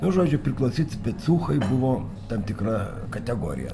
nu žodžiu priklausyt specūchai buvo tam tikra kategorija